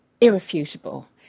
irrefutable